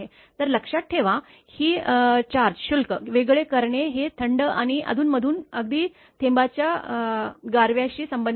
तर लक्षात ठेवा की शुल्क वेगळे करणे हे थंड आणि अधूनमधून अगदी थेंबांच्या गरव्याशी संबंधित आहे